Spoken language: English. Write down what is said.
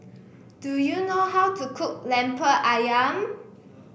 do you know how to cook Lemper ayam